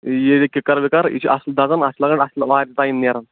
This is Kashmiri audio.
یہِ کِکر وِکر یہِ چھِ اصٕل دزَان اَتھ چھِ لگان اَصٕل واریاہ ٹایِم نیران